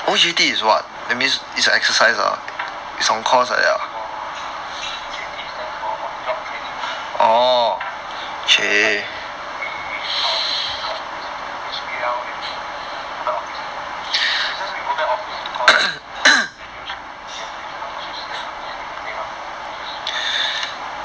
O_J_T stands for on job training lah ya but then we our got this H_B_L need to go back office lah the reason we go back office is because we have to use we have to use art sketch which need to pay [what] which is cannot do at home